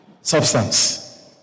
substance